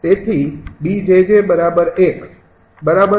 તેથી B𝑗𝑗 ૧ બરાબર